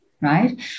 right